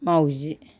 माउजि